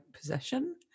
possession